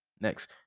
Next